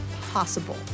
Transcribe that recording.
possible